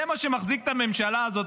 זה מה שמחזיק את הממשלה הזאת.